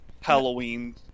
Halloween